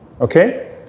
Okay